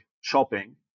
shopping